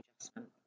adjustment